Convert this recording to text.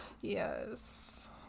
Yes